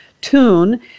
tune